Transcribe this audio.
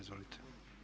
Izvolite.